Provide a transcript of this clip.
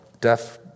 deaf